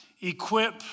equip